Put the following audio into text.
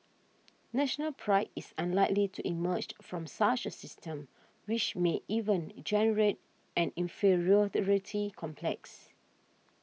National Pride is unlikely to emerged from such a system which may even generate an inferiority complex